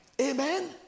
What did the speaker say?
Amen